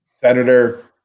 senator